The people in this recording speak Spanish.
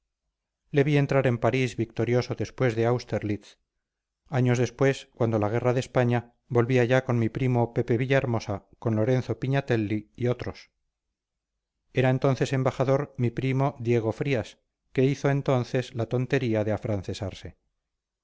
napoleón le vi entrar en parís victorioso después de austerlitz años después cuando la guerra de españa volví allá con mi primo pepe villahermosa con lorenzo pignatelli y otros era entonces embajador mi primo diego frías que hizo entonces la tontería de afrancesarse